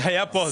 זה היה פה.